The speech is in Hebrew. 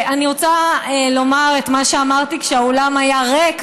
אני רוצה לומר את מה שאמרתי כשהאולם היה ריק וכולנו,